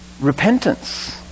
repentance